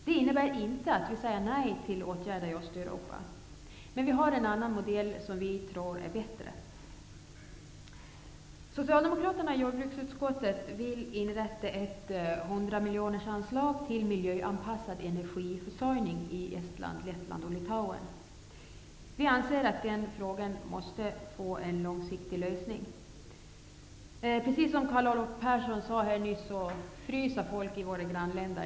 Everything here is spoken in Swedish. Det innebär inte att vi säger nej till åtgärder i Östeuropa, men vi har en annan modell som vi tror är bättre. Lettland och Litauen. Vi anser att den frågan måste få en långsiktig lösning. Precis som Karl Olov Persson nyss sade fryser folk i våra grannländer.